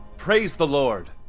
praise the lord!